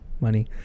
Money